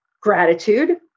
gratitude